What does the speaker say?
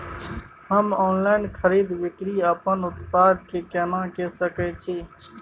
हम ऑनलाइन खरीद बिक्री अपन उत्पाद के केना के सकै छी?